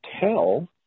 tell